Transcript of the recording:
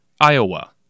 Iowa